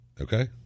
okay